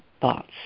thoughts